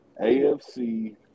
AFC